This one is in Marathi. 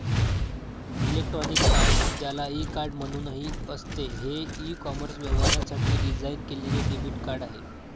इलेक्ट्रॉनिक कार्ड, ज्याला ई कार्ड म्हणूनही असते, हे ई कॉमर्स व्यवहारांसाठी डिझाइन केलेले डेबिट कार्ड आहे